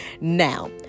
Now